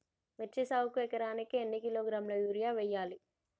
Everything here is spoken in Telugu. మిర్చి సాగుకు ఎకరానికి ఎన్ని కిలోగ్రాముల యూరియా వేయాలి?